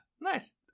nice